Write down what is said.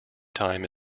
time